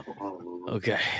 Okay